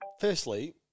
firstly